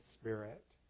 Spirit